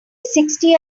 sixty